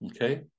Okay